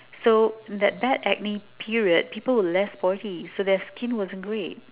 so that that acne period people were less sporty so their skin wasn't great